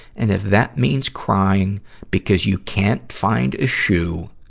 and if that means crying because you can't find a shoe,